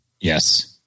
Yes